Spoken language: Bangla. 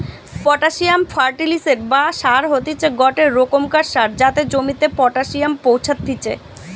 পটাসিয়াম ফার্টিলিসের বা সার হতিছে গটে রোকমকার সার যাতে জমিতে পটাসিয়াম পৌঁছাত্তিছে